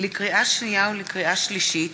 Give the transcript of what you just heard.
לקריאה שנייה ולקריאה שלישית: